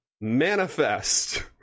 manifest